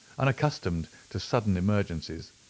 unaccustomed to sudden emergencies,